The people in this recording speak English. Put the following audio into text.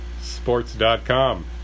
Sports.com